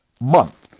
month